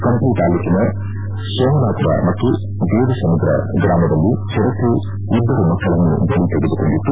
ಕಂಪ್ಲಿ ತಾಲ್ಲೂಕಿನ ಸೋಮಲಾಪುರ ಮತ್ತು ದೇವಸಮುದ್ರ ಗ್ರಾಮದಲ್ಲಿ ಚಿರತೆ ಇಬ್ಬರು ಮಕ್ಕಳನ್ನು ಬಲಿ ತೆಗೆದುಕೊಂಡಿತ್ತು